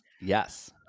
yes